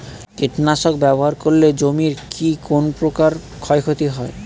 কীটনাশক ব্যাবহার করলে জমির কী কোন প্রকার ক্ষয় ক্ষতি হয়?